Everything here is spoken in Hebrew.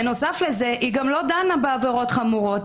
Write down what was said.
בנוסף לזה, היא גם לא דנה בעבירות חמורות.